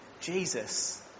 Jesus